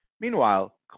Meanwhile